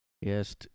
Yes